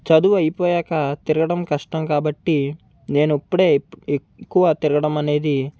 చదువు అయిపోయాక తిరగడం కష్టం కాబట్టి నేను ఇప్పుడే ఎక్కువ తిరగడం అనేది